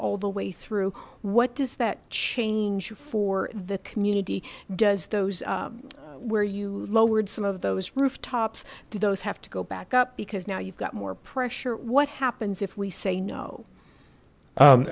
all the way through what does that change for the community does those where you lowered some of those rooftops to those have to go back up because now you've got more pressure what happens if we say no